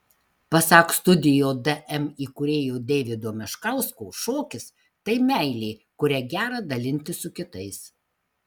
pasak studio dm įkūrėjo deivido meškausko šokis tai meilė kuria gera dalintis su kitais